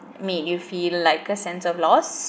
made you feel like a sense of loss